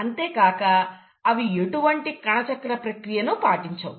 అంతేకాక అవి ఎటువంటి కణచక్ర ప్రక్రియను పాటించవు